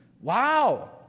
Wow